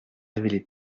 révélé